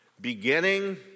beginning